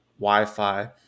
wi-fi